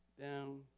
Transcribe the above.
down